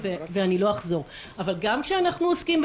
ועדת כספים.